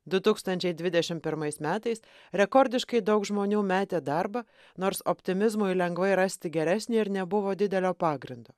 du tūkstančiai dvidešim pirmais metais rekordiškai daug žmonių metė darbą nors optimizmui lengva rasti geresnį ir nebuvo didelio pagrindo